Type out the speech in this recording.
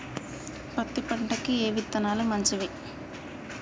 పత్తి పంటకి ఏ విత్తనాలు మంచివి?